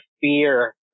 fear